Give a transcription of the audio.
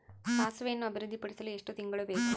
ಸಾಸಿವೆಯನ್ನು ಅಭಿವೃದ್ಧಿಪಡಿಸಲು ಎಷ್ಟು ತಿಂಗಳು ಬೇಕು?